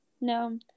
No